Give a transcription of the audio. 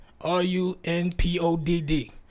R-U-N-P-O-D-D